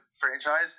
franchise